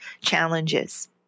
challenges